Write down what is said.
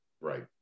Right